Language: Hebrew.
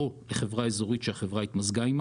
או לחברה אזורית שהחברה התמזגה עמה,